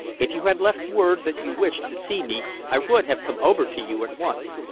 if you had left word that you wished to see me, i would have come over to you at once.